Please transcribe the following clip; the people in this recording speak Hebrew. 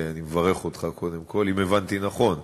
אני מברך אותך, קודם כול, אם הבנתי נכון.